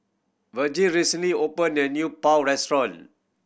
Vergil recently open a new Pho restaurant